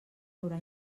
haurà